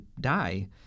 die